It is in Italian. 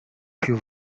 più